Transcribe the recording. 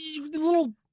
little